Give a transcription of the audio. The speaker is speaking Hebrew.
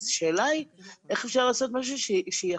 אז השאלה היא איך אפשר לעשות משהו שיכליל?